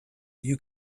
you